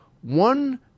one